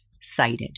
cited